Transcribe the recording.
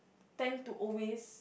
tend to always